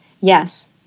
yes